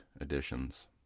editions